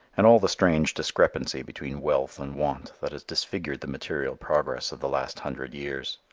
and all the strange discrepancy between wealth and want that has disfigured the material progress of the last hundred years.